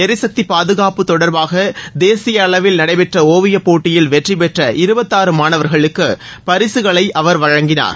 எரிசக்தி பாதுகாப்பு தொடர்பாக தேசிய அளவில் நடைபெற்ற ஓவியப்போட்டியில் வெற்றி பெற்ற இருபத்தாறு மாணவர்களுக்கு பரிசுகளை அவர் வழங்கினார்